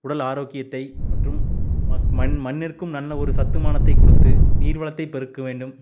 உடல் ஆரோக்கியத்தை மற்றும் மண் மண் மண்ணிற்கும் நல்ல ஒரு சத்துமானத்தை கொடுத்து நீர்வளத்தை பெருக்க வேண்டும்